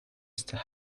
still